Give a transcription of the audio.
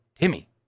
Timmy